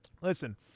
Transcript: Listen